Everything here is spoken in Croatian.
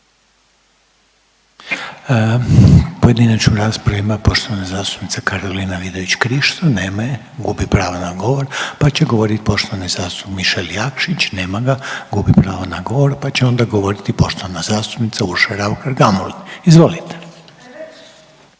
Pojedinačnu raspravu ima poštovana zastupnica Karolina Vidović Krišto. Nema je, gubi pravo na govor, pa će govorit poštovani zastupnik Mišel Jakšić, nema ga, gubi pravo na govor, pa će onda govoriti poštovana zastupnica Urša Raukar Gamulin. Izvolite.